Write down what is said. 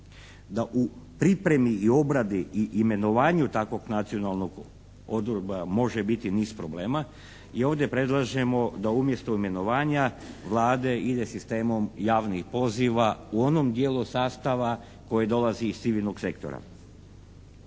da u pripremi i obradi i imenovanju takvog Nacionalnog odbora može biti niz problema i ovdje predlažemo da umjesto imenovanja Vlade ide sistemom javnih poziva u onom dijelu sastavu koji dolazi iz civilnog sektora.